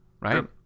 right